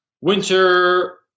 Winter